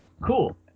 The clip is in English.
cool